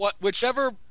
whichever